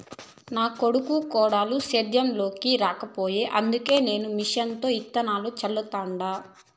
నా కొడుకు కోడలు సేద్యం లోనికి రాకపాయె అందుకే నేను మిషన్లతో ఇత్తనాలు చల్లతండ